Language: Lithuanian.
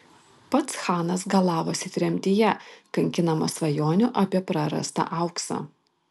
pats chanas galavosi tremtyje kankinamas svajonių apie prarastą auksą